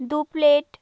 দু প্লেট